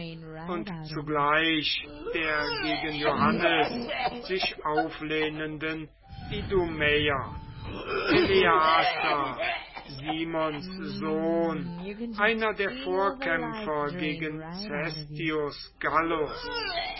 und zugleich der gegen johannes sich auflehnenden idumäer eleazar simons sohn einer der vorkämpfer gegen